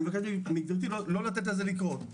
אני מבקש מגברתי לא לתת לזה לקרות.